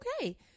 okay